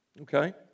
okay